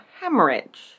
hemorrhage